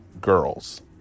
Girls